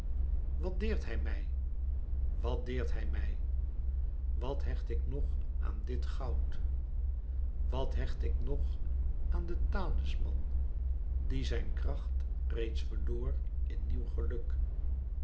wat deert hij mij wàt deert hij mij wat hecht ik nog aan dit goud wat hecht ik nog aan den talisman die zijn kracht reeds verloor in nieuw geluk